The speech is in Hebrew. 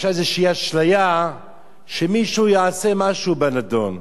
יש לה איזו אשליה שמישהו יעשה משהו בנדון.